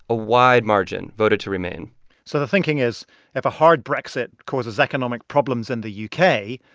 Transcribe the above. a wide margin, voted to remain so the thinking is if a hard brexit causes economic problems in the u k,